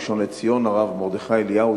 הראשון לציון הרב מרדכי אליהו,